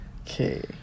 Okay